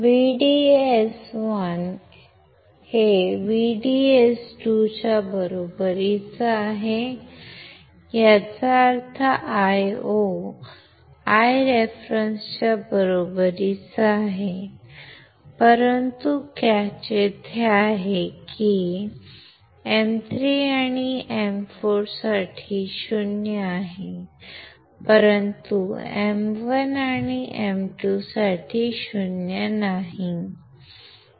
VDS1 हे VDS2च्या बरोबरीचा आहे याचा अर्थ Io Ireference च्या बरोबरीचा आहे परंतु कॅच येथे आहे की M3आणि M4 साठी 0 आहे परंतु M1 आणि M2 साठी 0 नाही